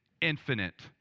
infinite